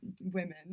women